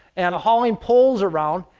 and hauling poles around.